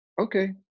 okay